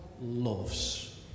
loves